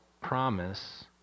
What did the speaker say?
promise